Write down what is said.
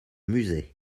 musée